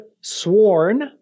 sworn